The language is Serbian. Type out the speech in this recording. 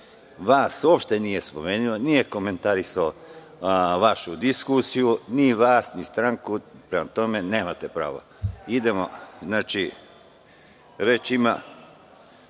Vas uopšte nije spomenuo, nije komentarisao vašu diskusiju, ni vas, ni stranku, prema tome nemate pravo. Gospođo Mehandžić,